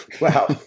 Wow